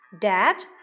Dad